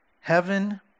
Heaven